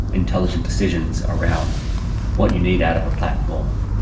intelligent decisions around what you need out of a platform,